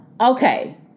okay